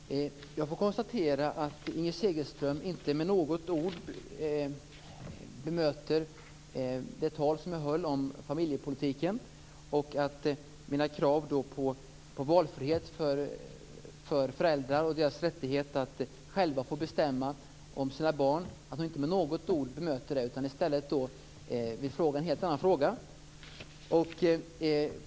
Fru talman! Jag får konstatera att Inger Segelström inte med något ord bemöter det tal som jag höll om familjepolitiken och mina krav på valfrihet för föräldrar och föräldrars rätt att själva få bestämma om sina barn. I stället vill hon ställa en helt annan fråga.